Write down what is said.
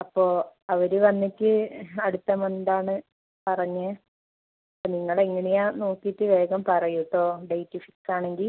അപ്പോള് അവര് വന്നിട്ട് അടുത്ത മന്താണെന്ന് പറഞ്ഞു അപ്പോള് നിങ്ങളെങ്ങനെയാണെന്ന് നോക്കിയിട്ട് വേഗം പറയൂ കേട്ടോ ഡേറ്റ് ഫിക്സാണെങ്കില്